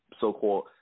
so-called